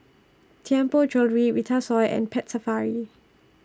Tianpo Jewellery Vitasoy and Pet Safari